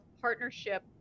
partnership